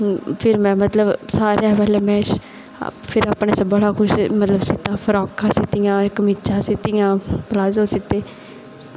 फिर में मतलब सारा किश ऐ मेरे कश फिर में अपने आस्तै बड़ा किश फ्रॉकां सीह्तियांं कमीचां सीह्तियां प्लाजो सीह्ते